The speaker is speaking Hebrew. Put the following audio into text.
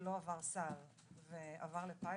לא עבר סל ועבר לפיילוט.